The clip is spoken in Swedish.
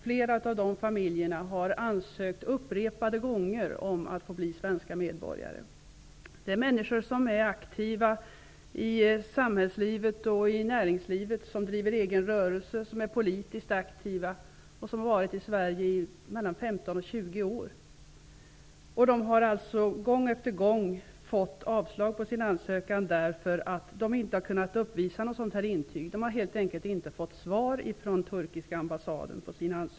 Flera av familjerna där har upprepade gånger ansökt om att få bli svenska medborgare. Det är människor som är aktiva i samhälls och näringslivet. De driver egen rörelse, är politiskt aktiva och har varit i Sverige 15--20 år. Gång efter gång har de fått avslag på sina ansökningar därför att de inte har kunnat visa upp något intyg. De har helt enkelt inte fått svar från turkiska ambassaden.